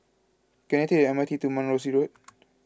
can I take the M R T to Mount Rosie Road